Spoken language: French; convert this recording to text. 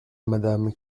madame